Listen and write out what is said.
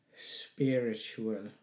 spiritual